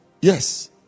Yes